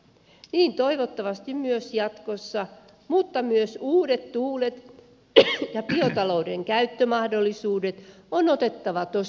niin toivottavasti myös jatkossa mutta myös uudet tuulet ja biotalouden käyttömahdollisuudet on otettava tosissaan